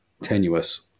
tenuous